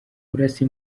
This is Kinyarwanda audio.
kurasa